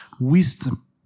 wisdom